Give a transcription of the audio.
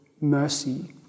mercy